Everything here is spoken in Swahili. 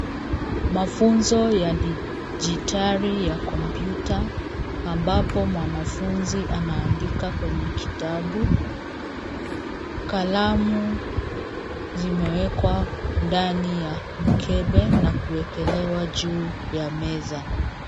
Mafunzo ya dijitari ya kompyuta, ambapo mwanafunzi anaandika kwenye kitabu. Kalamu zimewekwa ndani ya mkebe na kuekelewa juu ya meza.